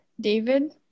David